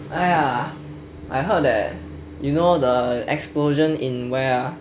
ah ya I heard that you know the explosion in where ah